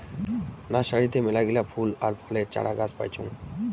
নার্সারিতে মেলাগিলা ফুল আর ফলের চারাগাছ পাইচুঙ